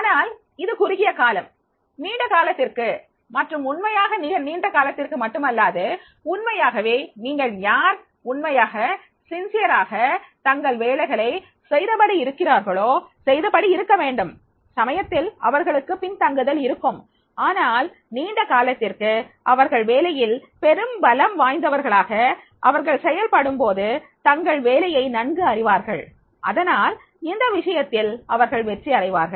ஆனால் இது குறுகிய காலம் நீண்ட காலத்திற்கு மற்றும் உண்மையாக நீண்ட காலத்திற்கு மட்டுமல்லாது உண்மையாகவே நீங்கள் யார் உண்மையாக சின்சியராக தங்கள் வேலைகளை செய்தபடி இருக்கிறார்களோ செய்தபடி இருக்க வேண்டும் சமயத்தில் அவர்களுக்கு பின் தங்குதல் இருக்கும் ஆனால் நீண்ட காலத்திற்கு அவர்கள் வேலையில் பெரும் பலம் வாய்ந்தவர்களாக அவர்கள் செயல்படும்போது தங்கள் வேலையை நன்கு அறிவார்கள் அதனால் இந்த விஷயத்தில் அவர்கள் வெற்றி அடைவார்கள்